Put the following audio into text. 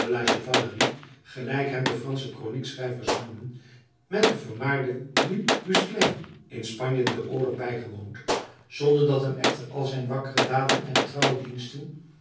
gelijk hem de fransche kroniekschrijvers noemen met den vermaarden du guesclin in spanje den oorlog bijgewoond zonder dat hem echter al zijn wakkere daden en getrouwe diensten